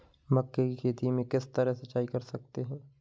मक्के की खेती में किस तरह सिंचाई कर सकते हैं?